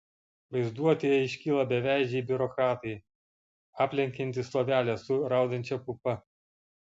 vaizduotėje iškyla beveidžiai biurokratai aplenkiantys lovelę su raudančia pupa